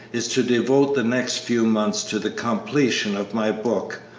is to devote the next few months to the completion of my book.